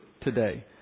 today